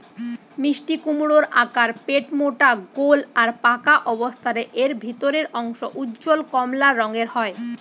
মিষ্টিকুমড়োর আকার পেটমোটা গোল আর পাকা অবস্থারে এর ভিতরের অংশ উজ্জ্বল কমলা রঙের হয়